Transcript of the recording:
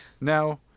Now